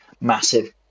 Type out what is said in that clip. massive